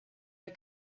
der